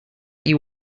you